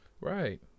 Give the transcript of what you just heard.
Right